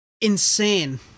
insane